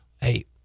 hey